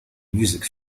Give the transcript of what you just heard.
music